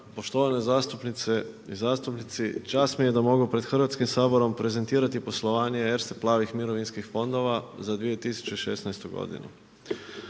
poštovane zastupnice i zastupnici. Čast mi je da mogu pred Hrvatskim saborom prezentirati poslovanje Erste plavih mirovinskih fondova za 2016. godinu.